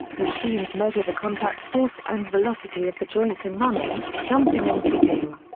machines measure the contact force and velocity of the joints in running, jumping and kicking.